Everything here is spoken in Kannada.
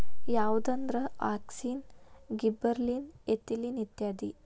ಯಾವಂದ್ರ ಅಕ್ಸಿನ್, ಗಿಬ್ಬರಲಿನ್, ಎಥಿಲಿನ್ ಇತ್ಯಾದಿ